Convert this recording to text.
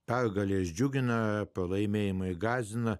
pergalės džiugina pralaimėjimai gąsdina